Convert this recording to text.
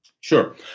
Sure